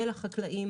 אל החקלאים.